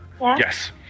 Yes